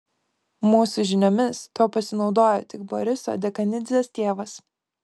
mūsų žiniomis tuo pasinaudojo tik boriso dekanidzės tėvas